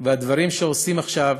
והדברים שעושים עכשיו,